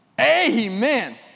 Amen